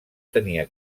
tenia